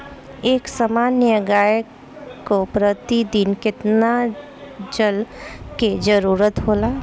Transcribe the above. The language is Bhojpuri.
एक सामान्य गाय को प्रतिदिन कितना जल के जरुरत होला?